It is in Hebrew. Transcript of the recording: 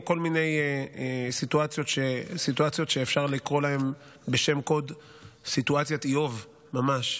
או כל מיני סיטואציות שאפשר לקרוא להן בשם קוד סיטואציית איוב ממש.